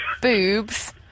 boobs